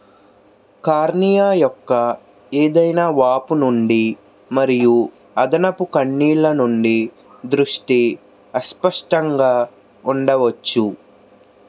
cornea యొక్క ఏదైనా వాపు నుండి మరియు అదనపు కన్నీళ్ళ నుండి దృష్టి అస్పష్టంగా ఉండవచ్చు